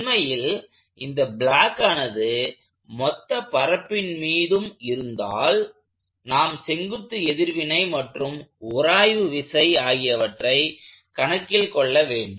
உண்மையில் இந்த பிளாக் ஆனது மொத்த பரப்பின் மீதும் இருந்தால் நாம் செங்குத்து எதிர்வினை மற்றும் உராய்வு விசை ஆகியவற்றை கணக்கில் கொள்ளவேண்டும்